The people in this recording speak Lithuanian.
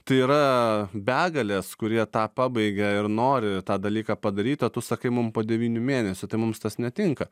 tai yra begalės kurie tą pabaigia ir nori tą dalyką padaryt o tu sakai mum po devynių mėnesių tai mums tas netinka